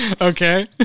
Okay